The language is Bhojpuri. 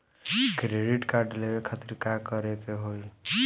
क्रेडिट कार्ड लेवे खातिर का करे के होई?